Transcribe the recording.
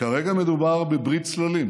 כרגע מדובר בברית צללים,